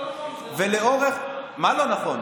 לא נכון, מה לא נכון?